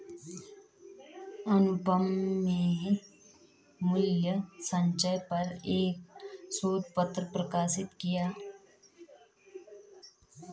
अनुपम ने मूल्य संचय पर एक शोध पत्र प्रकाशित किया